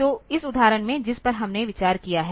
तो इस उदाहरण में जिस पर हमने विचार किया है